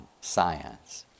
science